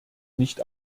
nicht